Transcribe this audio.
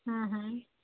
હં હં